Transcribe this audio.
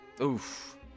Oof